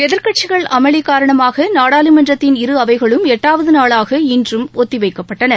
எதிர்கட்சிகள் அமளி காரணமாக நாடாளுமன்றத்தின் இரு அவைகளும் எட்டாவது நாளாக இன்றும் ஒத்திவைக்கப்பட்டன